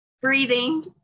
breathing